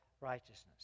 righteousness